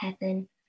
heaven